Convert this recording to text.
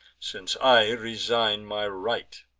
since i resign my right.